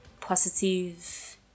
positive